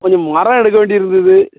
கொஞ்சம் மரம் எடுக்க வேண்டி இருந்தது